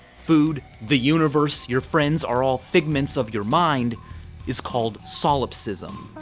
food, the universe, your friends are all figments of your mind is called solipsism.